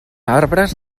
arbres